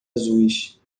azuis